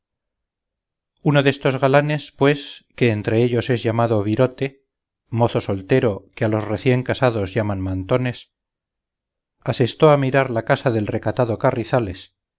uno destos galanes pues que entre ellos es llamado virote mozo soltero que a los recién casados llaman mantones asestó a mirar la casa del recatado carrizales